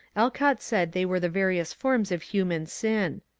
alcott said they were the various forms of human sin.